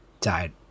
died